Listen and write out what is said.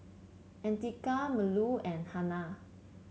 Andika Melur and Hana